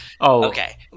okay